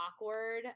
awkward